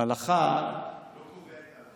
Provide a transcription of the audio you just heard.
הלכה לא קובעים.